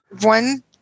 one